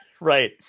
Right